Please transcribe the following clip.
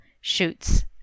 shoots